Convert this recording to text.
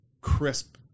crisp